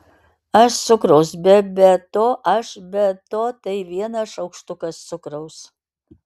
aš cukraus be be to aš be to tai vienas šaukštukas cukraus